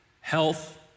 health